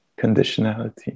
conditionality